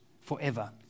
forever